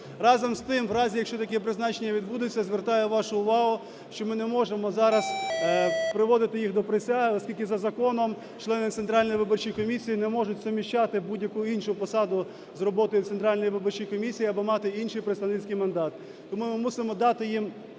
Разом з тим, в разі, якщо таке призначення відбудеться, звертаю вашу увагу, що ми не можемо зараз приводити їх до присяги, оскільки за законом члени Центральної виборчої комісії не можуть суміщати будь-яку іншу посаду з роботою в Центральній виборчій комісії або мати інший представницький мандат. Тому ми мусимо дати їм